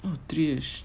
orh threeish